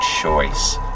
choice